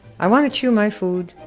i wanna chew my food.